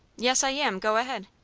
yes, i am. go ahead.